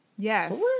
Yes